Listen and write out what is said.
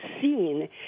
seen